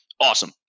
Awesome